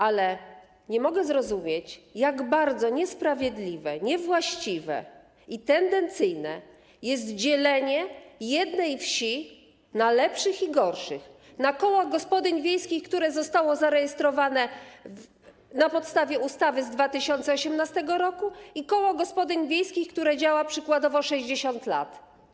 Ale nie mogę zrozumieć, jak bardzo niesprawiedliwe, niewłaściwe i tendencyjne jest dzielenie jednej wsi na lepszych i gorszych, na koło gospodyń wiejskich, które zostało zarejestrowane na podstawie ustawy z 2018 r., i koło gospodyń wiejskich, które działa przykładowo 60 lat.